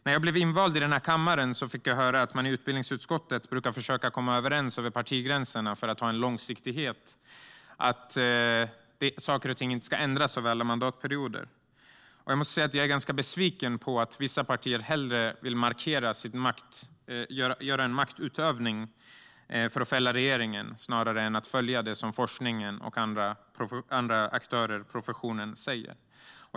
När jag blev invald i den här kammaren fick jag höra att man i utbildningsutskottet brukar försöka komma överens över partigränserna för att ha en långsiktighet så att saker och ting inte ska ändras över mandatperioder. Och jag måste säga att jag är ganska besviken på att vissa partier hellre vill ägna sig åt maktutövning för att fälla regeringen snarare än att följa det som forskningen och professionen säger.